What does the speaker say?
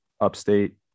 upstate